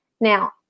Now